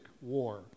war